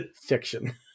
fiction